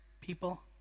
people